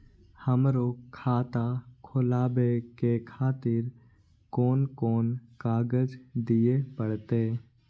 हमरो खाता खोलाबे के खातिर कोन कोन कागज दीये परतें?